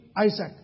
Isaac